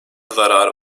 zarara